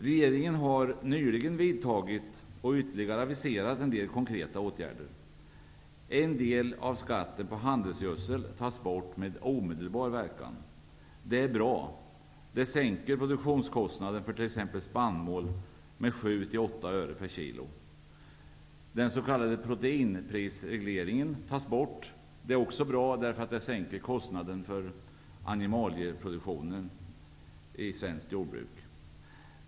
Regeringen har nyligen vidtagit en del konkreta åtgärder och aviserat ytterligare. En del av skatten på handelsgödsel tas bort med omedelbar verkan. Det är bra. Det sänker produktionskostnaderna för t.ex. spannmål med 7--8 öre per kilo. Den s.k. proteinprisregleringen tas bort. Det är också bra, eftersom detta sänker kostnaden för animaliproduktionen i svenskt jordbruk.